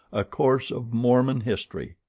a course of mormon history